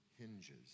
hinges